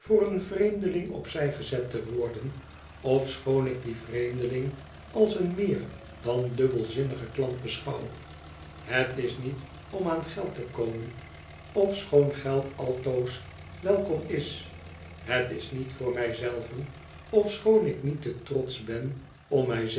voor een vreemdeling op zij gezet te worden ofschoon ik dien vreemdeling als een meer dan dubbelzinnigen klant beschouw het is niet om aan geld te komen ofschoon geld altoos welkom is het is niet voor mij zelven ofschoon ik niet te trotsch ben om mij